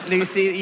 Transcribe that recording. Lucy